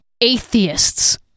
atheists